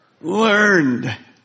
learned